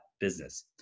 business